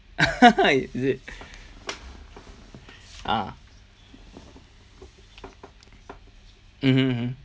is it ah mmhmm mmhmm